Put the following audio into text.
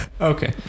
okay